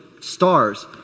stars